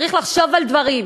צריך לחשוב על דברים.